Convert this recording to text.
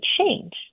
change